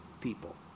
people